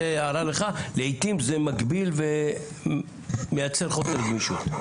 לעיתים זה מגביל ומייצר חוסר גמישות.